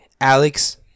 Alex